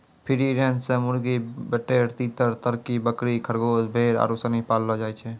free range मे मुर्गी, बटेर, तीतर, तरकी, बकरी, खरगोस, भेड़ आरु सनी पाललो जाय छै